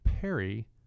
Perry